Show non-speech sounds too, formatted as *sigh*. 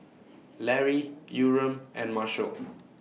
Lary Yurem and Marshal *noise*